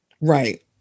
right